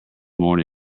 morning